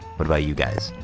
but about you guys?